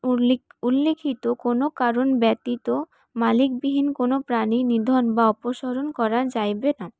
উল্লে উল্লিখিত কোন কারণ ব্যতীত মালিকবিহীন কোন প্রাণী নিধন বা অপসরন করা যাইবে না